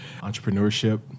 entrepreneurship